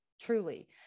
truly